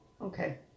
okay